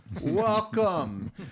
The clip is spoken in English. Welcome